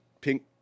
pink